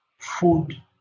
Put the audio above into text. food